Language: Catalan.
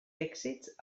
èxits